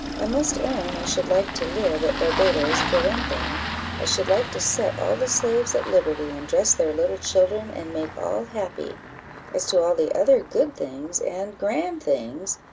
i must own i should like to live at barbadoes for one thing i should like to set all the slaves at liberty, and dress their little children, and make all happy as to all the other good things and grand things,